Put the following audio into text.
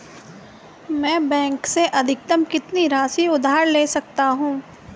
मैं बैंक से अधिकतम कितनी राशि उधार ले सकता हूँ?